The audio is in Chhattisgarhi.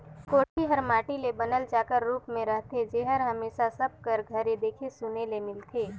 कोठी हर माटी ले बनल चाकर रूप मे रहथे जेहर हमेसा सब कर घरे देखे सुने ले मिलथे